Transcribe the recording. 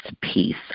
peace